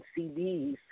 CDs